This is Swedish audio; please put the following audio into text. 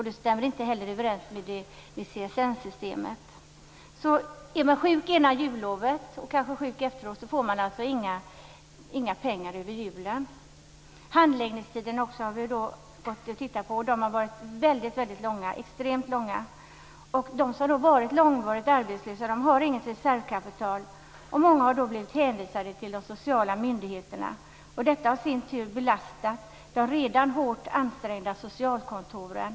Det stämmer inte heller överens med CSN-systemet. Är man sjuk före och efter jullovet får man inga pengar över julen. Handläggningstiderna har vi också tittat på. De har varit extremt långa. De som har varit långvarigt arbetslösa har inget reservkapital, och många har blivit hänvisade till de sociala myndigheterna. Detta har i sin tur belastat de redan hårt ansträngda socialkontoren.